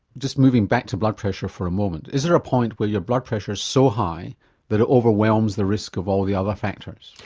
just moving back to blood pressure for a moment, is there a point where your blood pressure is so high that it overwhelms the risk of all the other factors?